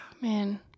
Man